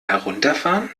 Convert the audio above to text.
herunterfahren